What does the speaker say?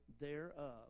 thereof